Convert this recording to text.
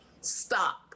Stop